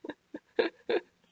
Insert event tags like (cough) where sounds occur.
(laughs)